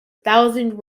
thousand